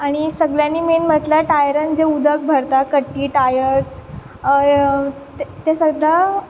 आनी सगल्यांनी मेन म्हटल्यार टायरान जें उदक भरता कट्टी टायर्स तें सद्दां